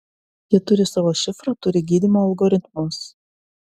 ji turi savo šifrą turi gydymo algoritmus